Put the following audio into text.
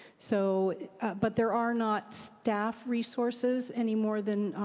so but there are not staff resources any more than